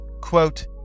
quote